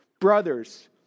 Brothers